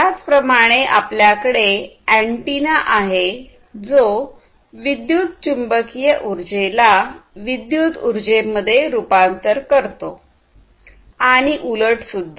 त्याचप्रमाणे आपल्याकडे अँटिना आहे जो विद्युत चुंबकीय ऊर्जेला विद्युत ऊर्जेमध्ये रुपांतर करतो आणि उलट सुद्धा